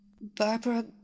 Barbara